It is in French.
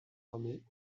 armée